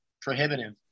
prohibitive